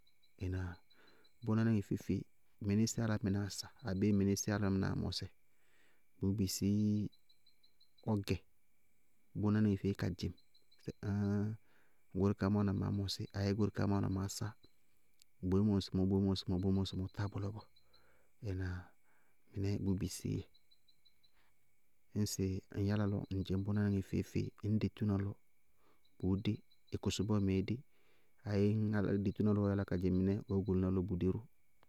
Ɩnáa? Bʋnáníŋɛ feé-feé, mɩnɩsɩɩ álámɩnáá sa, abéé mɩnɩsɩɩ álámɩnáá mɔsɩ bʋʋ bisíi bɔ gɛ bʋnáníŋɛ feé ka dzɩŋ sɩ áááñ goóre kaá má wáana maá mɔsí abéé goóre kaá má wáana maá sá, boémɔ ŋsɩmɔɔ boémɔ ŋsɩmɔɔ boémɔ ŋsɩmɔɔ tá bʋlɔ bɔɔ. Ŋnáa? Mɩnɛɛ bʋʋ bisíi dzɛ ñŋsɩ ŋ yála lɔ ŋ dzɩñ bʋnáníŋɛ feé-feé ŋñ detúna lɔ, bʋʋdé,ɔ kʋsʋbɔɔ mɛɛ dé. Ayéé ñŋ adetúná ró yála ka dzɩŋ mɩnɛ ró ɔɔ goluná lɔ ró, bʋdé ró.